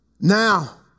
Now